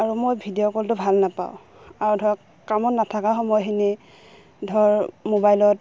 আৰু মই ভিডিঅ' কলটো ভাল নাপাওঁ আৰু ধৰক কামত নথকা সময়খিনি ধৰ মোবাইলত